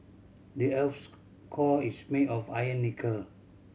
the earth's core is made of iron nickel